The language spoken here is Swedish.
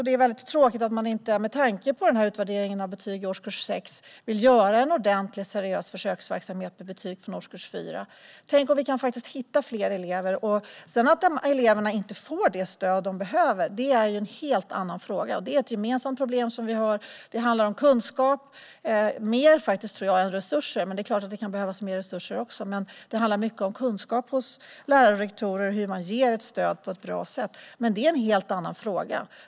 Det är väldigt tråkigt att man med tanke på utvärderingen av betyg i årskurs 6 inte vill göra en ordentlig, seriös försöksverksamhet med betyg från årskurs 4. Tänk om vi kan hitta fler elever. Att eleverna inte får det stöd som de behöver är en helt annan fråga. Det är ett gemensamt problem vi har. Det handlar mer om kunskap än om resurser. Men det är klart att det också kan behövas mer resurser. Det handlar mycket om kunskap hos lärare och rektorer om hur man ger ett stöd på ett bra sätt. Men det är en helt annan fråga.